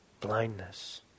Blindness